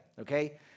Okay